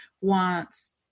wants